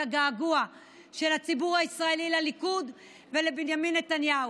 הגעגוע של הציבור הישראלי לליכוד ולבנימין נתניהו.